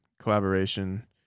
collaboration